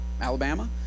Alabama